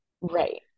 right